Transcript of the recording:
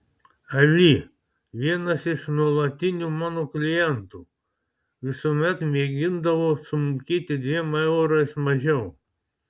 ali vienas iš nuolatinių mano klientų visuomet mėgindavo sumokėti dviem eurais mažiau